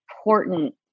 important